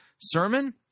sermon